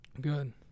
Good